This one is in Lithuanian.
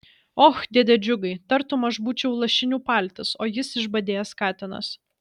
och dėde džiugai tartum aš būčiau lašinių paltis o jis išbadėjęs katinas